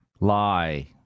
Lie